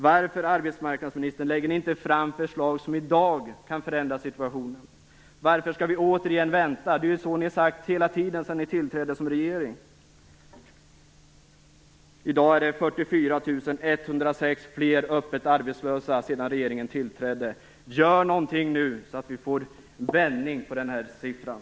Varför lägger ni inte fram förslag som i dag kan förändra situationen? Varför skall vi återigen vänta? Det har ni sagt ända sedan ni tillträdde som regering. I dag är det 44 106 fler öppet arbetslösa än när regeringen tillträdde. Gör någonting nu, så att vi får en ändring på den siffran!